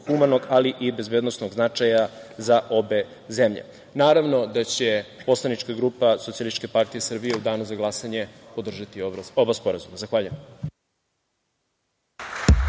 humanog, ali i bezbednosnog značaja za obe zemlje. Naravno da će poslanička grupa Socijalističke partije Srbije u danu za glasanje podržati oba sporazuma. Zahvaljujem.